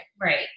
Right